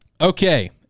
Okay